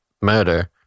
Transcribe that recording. murder